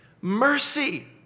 Mercy